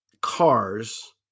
cars